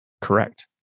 Correct